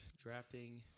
Drafting